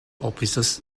offices